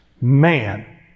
man